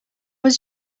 was